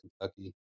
Kentucky